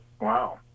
Wow